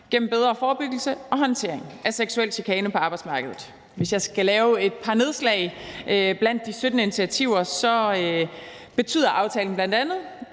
gennem bedre forebyggelse og håndtering af seksuel chikane på arbejdsmarkedet. Hvis jeg skal lave et par nedslag blandt de 17 initiativer, betyder aftalen bl.a., at